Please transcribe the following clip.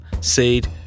seed